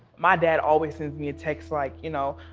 my dad always sends me a text like, you know,